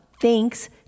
Thanks